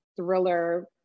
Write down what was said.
thriller